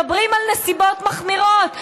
מדברים על נסיבות מחמירות,